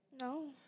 No